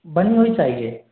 बनी हुई चाहिए